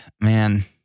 man